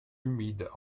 humides